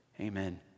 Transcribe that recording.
Amen